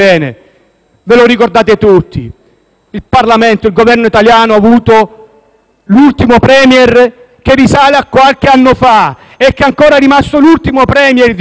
ultimo *Premier,* che risale a qualche anno fa e che è ancora oggi l'ultimo *Premier* di questo Paese: Silvio Berlusconi.